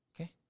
Okay